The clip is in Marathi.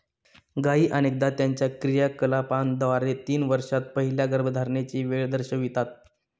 गायी अनेकदा त्यांच्या क्रियाकलापांद्वारे तीन वर्षांत पहिल्या गर्भधारणेची वेळ दर्शवितात